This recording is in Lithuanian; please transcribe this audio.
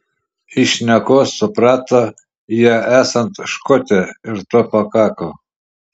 iš šnekos suprato ją esant škotę ir to pakako